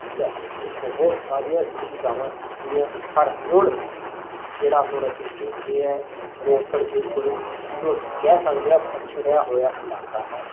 ਠੀਕ ਹੈ ਅਤੇ ਬਹੁਤ ਸਾਰੀਆਂ ਸੁਵਿਧਾਵਾਂ ਸੀਗੀਆਂ ਪਰ ਹੁਣ ਜਿਹੜਾ ਹੁਣ ਅਸੀਂ ਦੇਖਦੇ ਹਾਂ ਰੋਪੜ ਬਿਲਕਲ ਜਿਹਨੂੰ ਅਸੀਂ ਕਹਿ ਸਕਦੇ ਹਾਂ ਪੱਛੜਿਆ ਹੋਇਆ ਇਲਾਕਾ ਹੈ